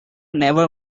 never